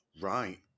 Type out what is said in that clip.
Right